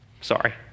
sorry